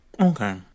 okay